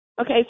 Okay